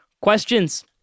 questions